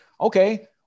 okay